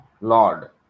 lord